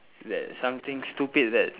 that something stupid that